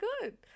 good